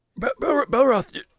Belroth